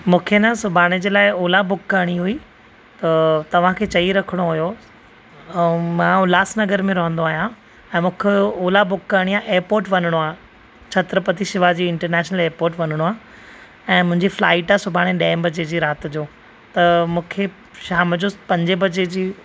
मूंखे न सुभाणे जे लाइ ओला बुक करिणी हुई त तव्हांखे चई रखिणो हुओ ऐं मां उलहासनगर में रहंदो आहियां ऐं मूंखे ओला बुक करिणी आहे एयरपोट वञिणो आहे छत्रपति शिवाजी इंटरनेशनल एयरपोट वञिणो आहे ऐं मुंहिंजी फ्लाइट आहे सुभाणे ॾह बजे जी राति जो त मूंखे शाम जो पंजे बजे जी